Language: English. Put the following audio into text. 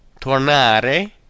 Tornare